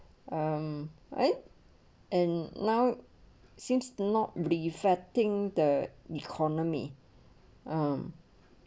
um eh and now seems not effecting the economy um